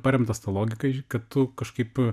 paremtas ta logika kad tu kažkaip